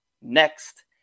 Next